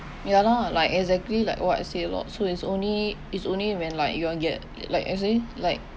ya lah like exactly like what I say lor so is only it's only when like you want get like you see like is